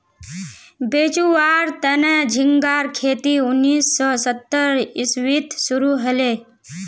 बेचुवार तने झिंगार खेती उन्नीस सौ सत्तर इसवीत शुरू हले